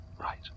Right